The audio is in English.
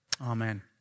Amen